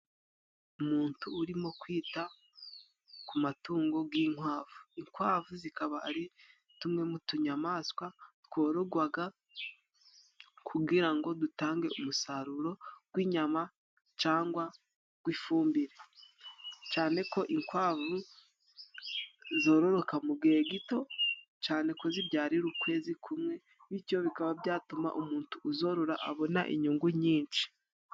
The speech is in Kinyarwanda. Umuntu urimo kwita ku matungo g'inkwavu. Inkwavu zikaba ari tumwe mu tunyamaswa tworogwaga kugira ngo dutange umusaruro gw'inyama cangwa gw'ifumbire cane ko inkwavu zororoka mu gihe gito cane ko zibyarira ukwezi kumwe bityo bikaba byatuma umuntu uzorora abona inyungu nyinshi.